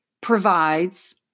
provides